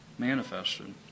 manifested